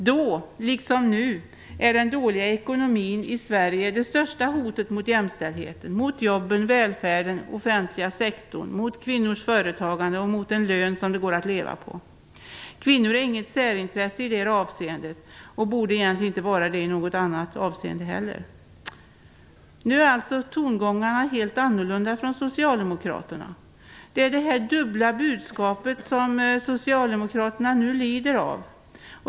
Nu, liksom då, är den dåliga ekonomin i Sverige det största hotet mot jämställdheten, jobben, välfärden och den offentliga sektorn samt mot kvinnors företagande och mot en lön som det går att leva på. Kvinnor är inget särintresse i det avseendet och borde egentligen inte heller i något annat avseende vara det. Nu är alltså tongångarna från Socialdemokraterna helt annorlunda. Det är detta dubbla budskap som Socialdemokraterna nu lider av.